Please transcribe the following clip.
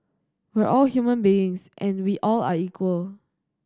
we're all human beings and we all are equal